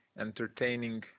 entertaining